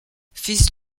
fils